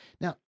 Now